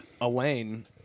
Elaine